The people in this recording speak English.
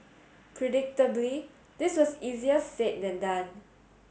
predictably this was easier said than done